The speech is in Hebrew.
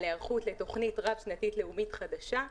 היערכות לתוכנית רב-שנתית לאומית חדשה.